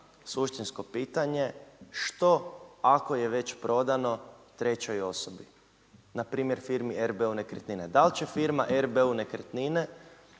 suštinsko pitanje. Što ako je već prodano trećoj osobi? Npr. firmi RBU Nekretnine. Dal će firma RBU nekretnine